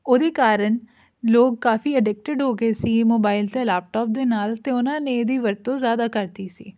ਉਹਦੇ ਕਾਰਨ ਲੋਕ ਕਾਫੀ ਅਡਿਕਟਿਡ ਹੋ ਗਏ ਸੀ ਮੋਬਾਇਲ ਅਤੇ ਲੈਪਟੋਪ ਦੇ ਨਾਲ ਅਤੇ ਉਹਨਾਂ ਨੇ ਇਹਦੀ ਵਰਤੋਂ ਜ਼ਿਆਦਾ ਕਰਤੀ ਸੀ